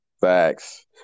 facts